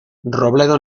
robledo